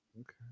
Okay